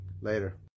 later